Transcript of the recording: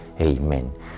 Amen